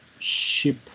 ship